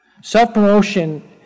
Self-promotion